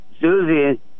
Susie